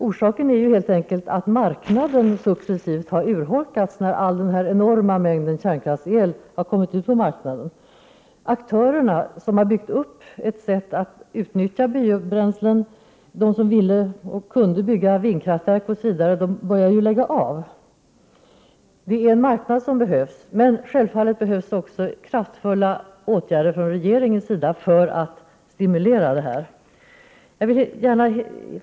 Orsaken är ju helt enkelt att marknaden successivt har urholkats när den enorma mängden kärnkraftsel har kommit ut på marknaden. De aktörer som har byggt upp ett sätt att utnyttja biobränslen och som ville och kunde bygga vindkraftverk börjar lägga av med detta. Det är en marknad för alternativen som behövs. Men självfallet behövs också kraftfulla åtgärder från regeringens sida för att stimulera till detta.